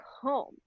home